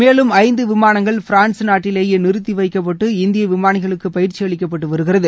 மேலும் ஐந்து விமானங்கள் பிரான்ஸ் நாட்டிலேயே நிறுத்திவைக்கப்பட்டு இந்திய விமானிகளுக்கு பயிற்சி அளிக்கப்பட்டு வருகிறது